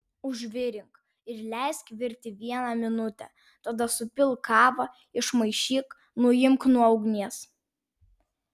užvirink ir leisk virti vieną minutę tada supilk kavą išmaišyk nuimk nuo ugnies